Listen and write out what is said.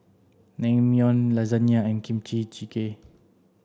Naengmyeon Lasagna and Kimchi Jjigae